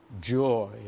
joy